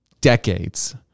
decades